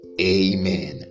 Amen